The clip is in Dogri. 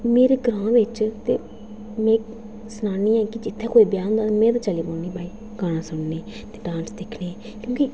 मेरे ग्रांऽ बिच ते में सनानी आं की जित्थें ब्याह होंदा ते में चली पौना भाई गाना सुनने ते गाना सुनने ईं क्योंकि